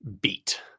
beat